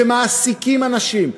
שמעסיקים אנשים,